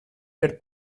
per